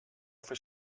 fer